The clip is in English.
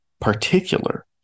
particular